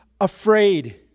afraid